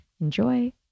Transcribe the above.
Enjoy